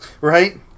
Right